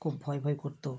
খুব ভয় ভয় করতো